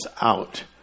out